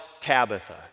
Tabitha